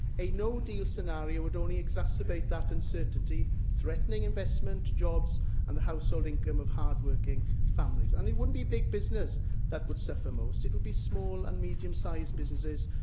a no deal scenario would only exacerbate that uncertainty, threatening investment, jobs and the household income of hard-working families. and it wouldn't be big business that would suffer most, it would be small and medium-sized businesses,